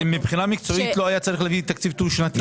אז מבחינה מקצועית לא היה צריך להביא תקציב דו שנתי.